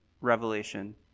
Revelation